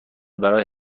برای